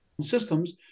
systems